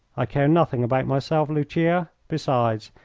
i care nothing about myself, lucia. besides,